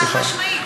חד-משמעית.